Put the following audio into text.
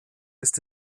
ist